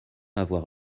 avoir